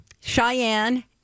Cheyenne